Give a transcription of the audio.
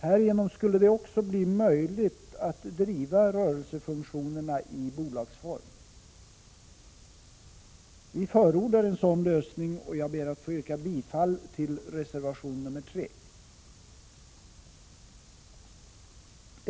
Härigenom skulle det också bli möjligt att driva rörelsefunktionerna i bolagsform. Vi förordar en sådan lösning, och jag ber att få yrka bifall till reservation 3.